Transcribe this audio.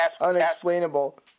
unexplainable